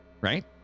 right